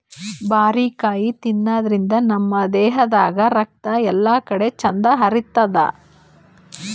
ಬಾರಿಕಾಯಿ ತಿನಾದ್ರಿನ್ದ ನಮ್ ದೇಹದಾಗ್ ರಕ್ತ ಎಲ್ಲಾಕಡಿ ಚಂದ್ ಹರಿತದ್